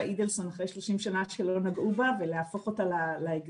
אידלסון אחרי 30 שנה שלא נגעו בה ולהפוך אותה ל --- שהוא